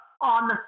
on